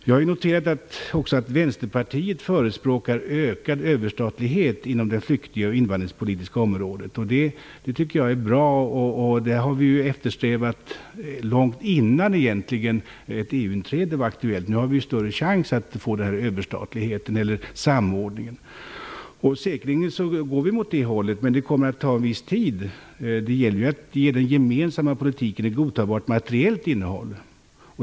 Jag har noterat att Vänsterpartiet förespråkar ökad överstatlighet inom det flykting och invandringspolitiska området. Det tycker jag är bra. Det har vi eftersträvat långt innan ett EU-inträde blev aktuellt. Nu har vi större chans att få denna samordning. Säkerligen går det åt det hållet, men det kommer att ta en viss tid. Det gäller att ge den gemensamma politiken ett godtagbart materiellt innehåll.